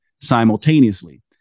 simultaneously